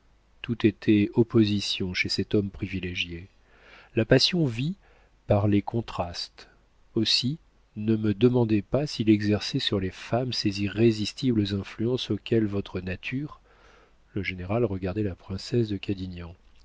tout était opposition chez cet homme privilégié la passion vit par les contrastes aussi ne me demandez pas s'il exerçait sur les femmes ces irrésistibles influences auxquelles notre nature le général regardait la princesse de cadignan